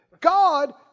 God